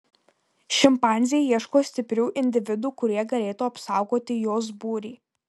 šimpanzė ieško stiprių individų kurie galėtų apsaugoti jos būrį